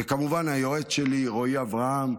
וכמובן היועץ שלי רועי אברהם,